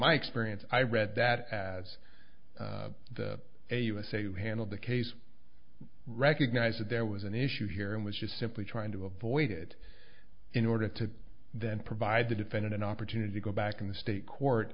my experience i read that as a usa who handled the case recognize that there was an issue here and was just simply trying to avoid it in order to then provide the defendant an opportunity to go back in the state court